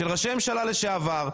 של ראשי ממשלה לשעבר,